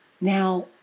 Now